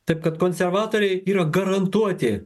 tai kad konservatoriai yra garantuoti